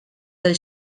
del